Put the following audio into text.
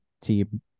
team